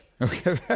Okay